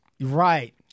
right